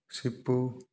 Sipu